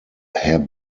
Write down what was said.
herr